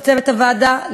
לצוות הוועדה,